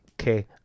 Okay